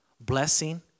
blessing